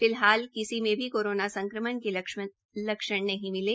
फिलहाल किसी में भी कोरोना संक्रमण के लक्षण नहीं मिले